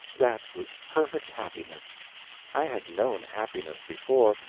that was perfect happiness i had known happiness before,